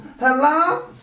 Hello